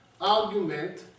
argument